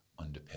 underpin